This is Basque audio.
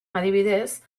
adibidez